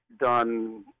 done